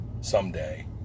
someday